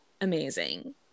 amazing